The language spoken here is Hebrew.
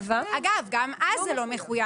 אגב, גם אז זה לא מחויב.